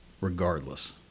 regardless